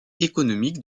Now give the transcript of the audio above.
économique